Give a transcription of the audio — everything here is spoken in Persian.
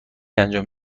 انجام